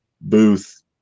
booth